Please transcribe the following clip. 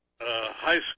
high